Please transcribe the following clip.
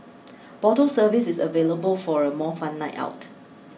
bottle service is available for a more fun night out